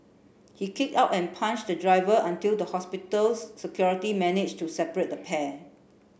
he kicked out and punched the driver until the hospitals security managed to separate the pair